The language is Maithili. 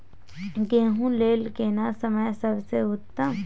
गेहूँ लेल केना समय सबसे उत्तम?